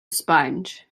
sponge